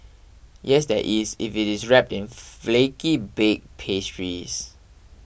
yes there is if it's wrapped in flaky bake pastries